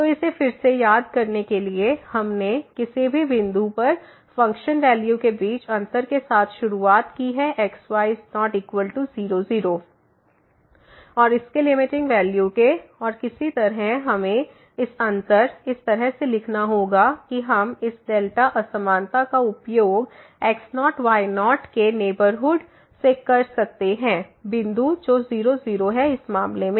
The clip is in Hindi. तो इसे फिर से याद करने के लिए हमने किसी भी बिंदु पर फ़ंक्शन वैल्यू के बीच अंतर के साथ शुरुआत की है x y0 0 और इसके लिमिटिंग वैल्यू के और किसी तरह हमें इस अंतर को इस तरह से लिखना होगा कि हम इस डेल्टा असमानता का उपयोग x0 y0 के नेबरहुड से कर सकते हैं बिंदु जो 0 0 है इस मामले में